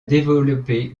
développé